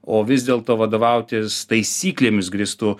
o vis dėlto vadovautis taisyklėmis grįstu